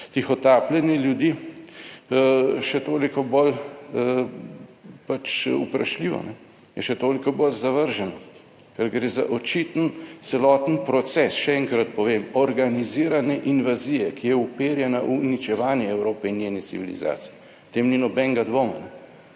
tihotapljenje ljudi še toliko bolj vprašljivo, je še toliko bolj zavrženo, ker gre za očiten celoten proces, še enkrat povem, organizirane invazije, ki je uperjena v uničevanje Evrope in njene civilizacije, o tem ni nobenega dvoma.